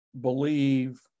believe